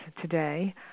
today